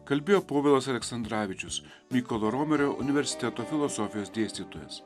kalbėjo povilas aleksandravičius mykolo romerio universiteto filosofijos dėstytojas